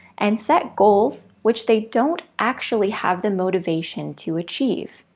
and set goals which they don't actually have the motivation to achieve.